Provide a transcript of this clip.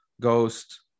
ghost